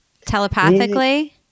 telepathically